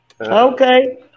Okay